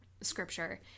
Scripture